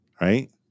Right